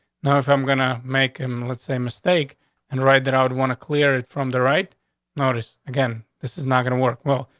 no, if i'm gonna make him, let's say mistake and write that i would want to clear it from the right notice again. this is not gonna work. well,